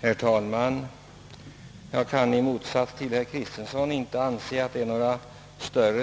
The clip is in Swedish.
Herr talman! Jag kan i motsats till herr Kristenson inte anse att det är några